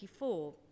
1984